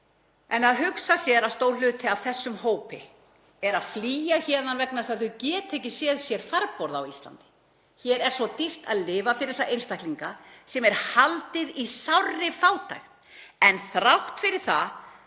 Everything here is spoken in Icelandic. en að hugsa sér að stór hluti af þessum hópi er að flýja héðan vegna þess að þau geta ekki séð sér farborða á Íslandi. Hér er svo dýrt að lifa fyrir þessa einstaklinga sem er haldið í sárri fátækt. En þrátt fyrir það